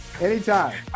Anytime